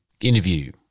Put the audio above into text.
interview